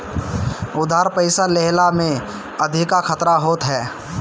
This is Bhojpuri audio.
उधार पईसा लेहला में अधिका खतरा होत हअ